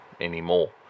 anymore